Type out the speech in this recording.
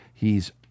hes